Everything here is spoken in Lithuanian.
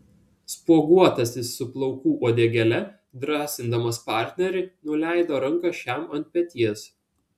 spuoguotasis su plaukų uodegėle drąsindamas partnerį nuleido ranką šiam ant peties